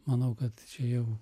manau kad čia jau